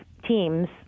teams